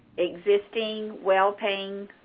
existing well-paying